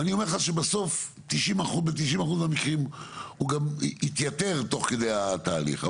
ואני אומר לך שבסוף ב-90% מהמקרים הוא גם יתייתר תוך כדי התהליך.